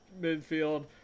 midfield